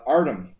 Artem